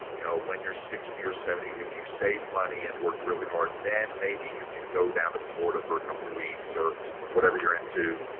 you know when you're sixty or seventy, if you save money and work really hard, then maybe you could go down to florida for a couple of weeks, or whatever you're into.